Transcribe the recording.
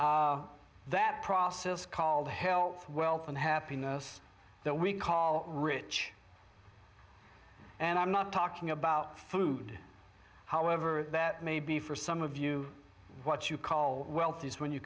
that process called health wealth and happiness that we call rich and i'm not talking about food however that may be for some of you what you call wealth is when you